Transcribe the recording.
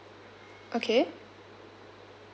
okay